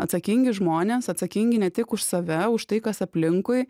atsakingi žmonės atsakingi ne tik už save už tai kas aplinkui